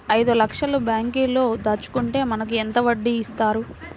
ఐదు లక్షల బ్యాంక్లో దాచుకుంటే మనకు ఎంత వడ్డీ ఇస్తారు?